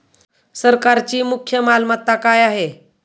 सरकारची मुख्य मालमत्ता काय आहे?